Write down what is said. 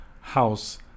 house